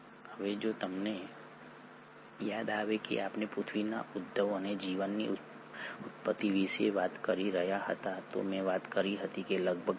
હવે જો તમને યાદ આવે કે આપણે પૃથ્વીના ઉદ્ભવ અને જીવનની ઉત્પત્તિ વિશે વાત કરી રહ્યા હતા તો મેં વાત કરી હતી કે લગભગ ૩